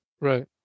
Right